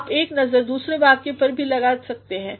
आप एक नज़र दूसरे वाक्य पर भी लगा सकते हैं